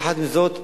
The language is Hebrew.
יחד עם זאת,